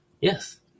Yes